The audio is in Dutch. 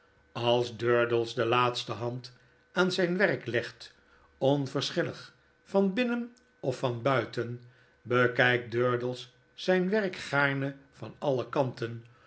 als durdels de laatste hand aan zijn werk legt onverschillig van binnen of van buiten bekijkt durdels zijn werk gaarne van alle kanten